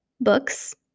books